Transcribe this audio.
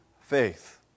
faith